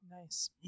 Nice